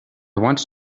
want